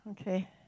Okay